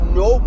no